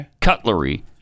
cutlery